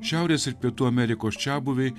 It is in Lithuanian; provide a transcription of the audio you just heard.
šiaurės ir pietų amerikos čiabuviai